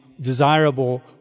desirable